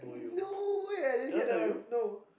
no way I didn't hear that one no